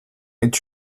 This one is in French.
est